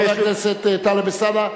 חבר הכנסת טלב אלסאנע,